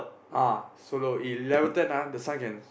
ah solo eleven ten ah the Sun can